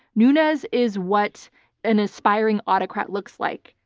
nunes is what an aspiring autocrat looks like.